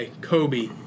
Kobe